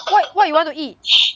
what what you want to eat